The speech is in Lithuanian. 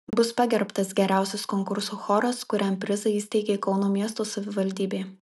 bus pagerbtas geriausias konkurso choras kuriam prizą įsteigė kauno miesto savivaldybė